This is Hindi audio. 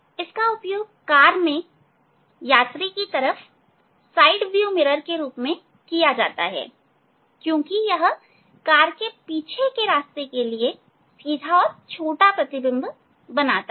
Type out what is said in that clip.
इसका उपयोग कार में यात्री की तरफ साइड व्यू मिरर के रूप में किया जाता है क्योंकि यह कार के पीछे के रास्ते के लिए सीधा और छोटा प्रतिबिंब बनाता है